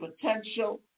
potential